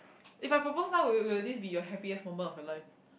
if I propose now will will this be your happiest moment of your life